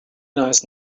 nice